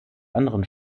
anderen